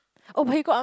oh but you got up